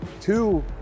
two